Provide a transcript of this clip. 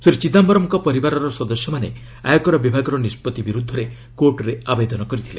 ଶ୍ରୀ ଚିଦାମ୍ଘରମ୍ଙ୍କ ପରିବାରର ସଦସ୍ୟମାନେ ଆୟକର ବିଭାଗର ନିଷ୍ପଭି ବିରୁଦ୍ଧରେ କୋର୍ଟରେ ଆବେଦନ କରିଥିଲେ